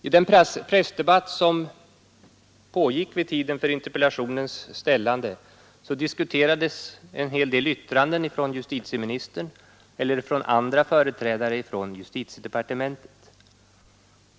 I den pressdebatt som pågick vid tiden för interpellationens framställande diskuterades en hel del yttranden från justitieministern eller andra företrädare för justitiedepartementet.